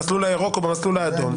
במסלול הירוק או במסלול האדום.